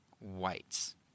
whites